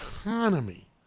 economy